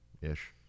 ish